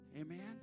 amen